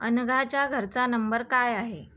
अनघाच्या घरचा नंबर काय आहे